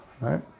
right